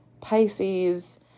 Pisces